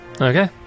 Okay